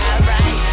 Alright